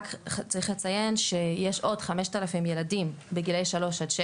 רק צריך לציין שיש עוד 5000 ילדים בגילאי 3-6